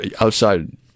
outside